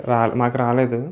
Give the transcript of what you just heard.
రా మాకు రాలేదు